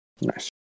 Nice